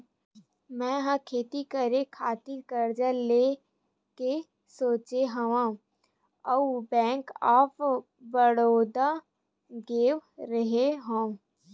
मै ह खेती करे खातिर करजा लेय के सोचेंव अउ बेंक ऑफ बड़ौदा गेव रेहेव